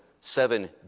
seven